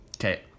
Okay